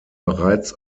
bereits